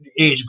age